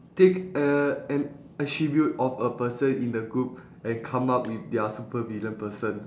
take a an attribute of a person in the group and come up with their super villain person